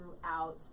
throughout